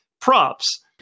props